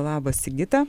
labas sigita